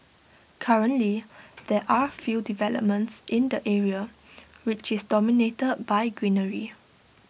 currently there are few developments in the area which is dominated by greenery